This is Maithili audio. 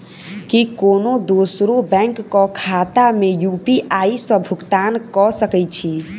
की कोनो दोसरो बैंक कऽ खाता मे यु.पी.आई सऽ भुगतान कऽ सकय छी?